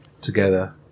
together